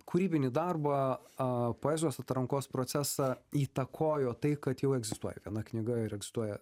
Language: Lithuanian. kūrybinį darbą a poezijos atrankos procesą įtakojo tai kad jau egzistuoja viena knyga ir egzistuoja